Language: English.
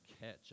catch